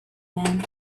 man